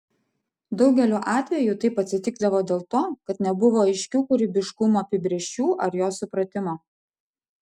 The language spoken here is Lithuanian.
daugeliu atveju taip atsitikdavo dėl to kad nebuvo aiškių kūrybiškumo apibrėžčių ar jo supratimo